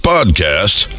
Podcast